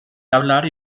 hablar